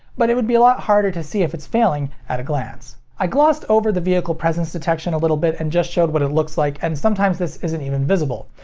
but it would be a lot harder to tell if it's failing at a glance. i glossed over the vehicle presence detection a little bit and just showed what it looks like, and sometimes this isn't even visible.